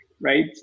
right